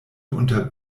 unter